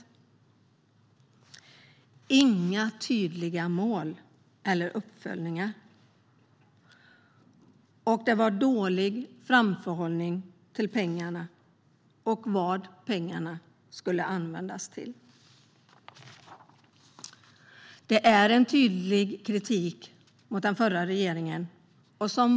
Man hade inga tydliga mål eller uppföljningar. Och det var dålig framförhållning när det gäller pengarna och vad de skulle användas till. Det är tydlig kritik mot den förra regeringen.